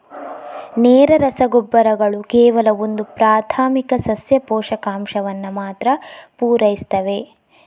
ನೇರ ರಸಗೊಬ್ಬರಗಳು ಕೇವಲ ಒಂದು ಪ್ರಾಥಮಿಕ ಸಸ್ಯ ಪೋಷಕಾಂಶವನ್ನ ಮಾತ್ರ ಪೂರೈಸ್ತವೆ